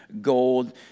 gold